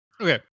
Okay